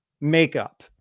makeup